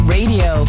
Radio